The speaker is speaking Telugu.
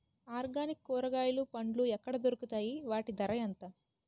ఆర్గనిక్ కూరగాయలు పండ్లు ఎక్కడ దొరుకుతాయి? వాటి ధర ఎంత?